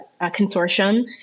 Consortium